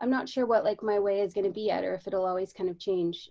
i'm not sure what like my way is gonna be at or if it'll always kind of change.